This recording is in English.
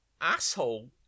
asshole